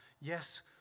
Yes